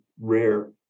rare